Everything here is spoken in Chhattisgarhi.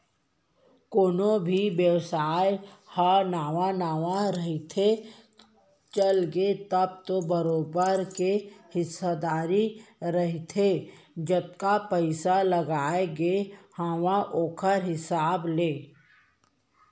कोनो भी बेवसाय ह नवा नवा रहिथे, चलगे तब तो बरोबर के हिस्सादारी रहिथे जतका पइसा लगाय गे हावय ओखर हिसाब ले